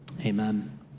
Amen